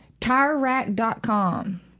TireRack.com